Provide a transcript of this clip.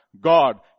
God